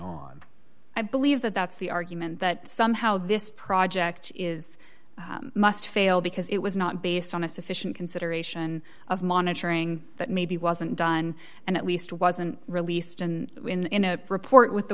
on i believe that that's the argument that somehow this project is must fail because it was not based on a sufficient consideration of monitoring that maybe wasn't done and at least wasn't released and in a report with the